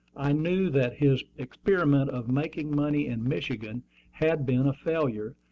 i knew that his experiment of making money in michigan had been a failure,